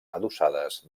adossades